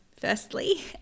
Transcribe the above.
firstly